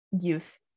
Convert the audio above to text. youth